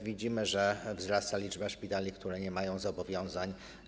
Widzimy też, że wzrasta liczba szpitali, które nie mają zobowiązań.